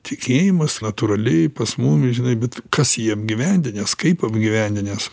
tikėjimas natūraliai pas mumis žinai bet kas jį apgyvendinęs kaip apgyvendinęs